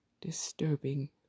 disturbing